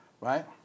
right